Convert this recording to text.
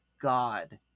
God